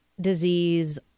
disease